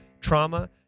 trauma